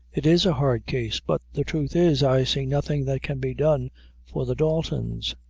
it is a hard case but the truth is, i see nothing that can be done for the daltons.